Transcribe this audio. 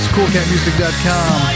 CoolCatMusic.com